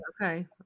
Okay